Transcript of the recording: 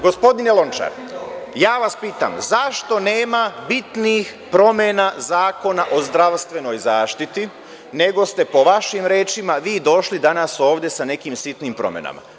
Gospodine Lončar, ja vas pitam – zašto nema bitnijih promena Zakona o zdravstvenoj zaštiti, nego ste, po vašim rečima, vi došli danas ovde sa nekim sitnijim promenama?